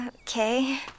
Okay